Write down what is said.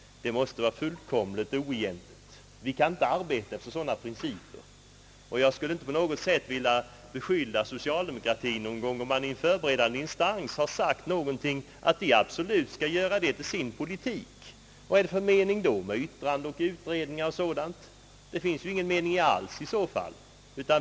Det måste vara fullkomligt oegentligt. Vi kan inte arbeta efter sådana principer, och jag skulle inte på något sätt vilja beskylla socialdemokratin för att man absolut gör till sin politik det som har sagts i en förberedande instans. Vad är det i så fall för mening med yttranden, utredningar och sådant? Det finns ju i så fall ingen mening alls.